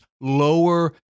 lower